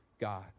God